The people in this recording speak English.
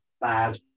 bad